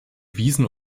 wiesen